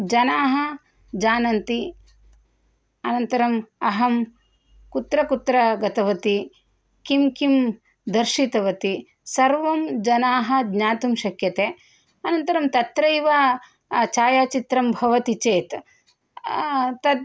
जनाः जानन्ति अनन्तरम् अहं कुत्र कुत्र गतवती किं किं दर्शितवती सर्वं जनाः ज्ञातुं शक्यते अनन्तरं तत्रैव छायाचित्रं भवति चेत् तत्